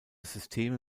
systeme